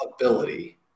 ability